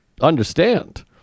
understand